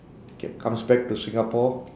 K comes back to singapore